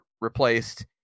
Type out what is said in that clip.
replaced